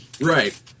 Right